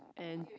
and